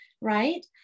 Right